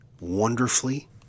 wonderfully